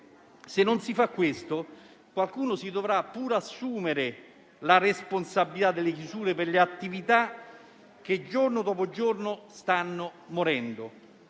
se non si fa questo, qualcuno si dovrà pur assumere la responsabilità delle chiusure per le attività che, giorno dopo giorno, stanno morendo.